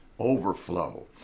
Overflow